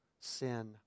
sin